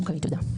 אוקיי, תודה.